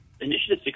Initiative